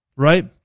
Right